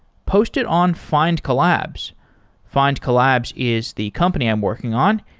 post it on find collabs. find collabs is the company i'm working on.